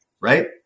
right